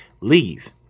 leave